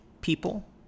people